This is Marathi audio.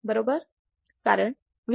कारण V V